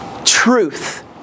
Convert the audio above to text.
Truth